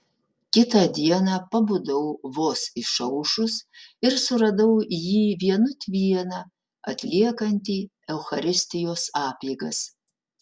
kitą dieną pabudau vos išaušus ir suradau jį vienut vieną atliekantį eucharistijos apeigas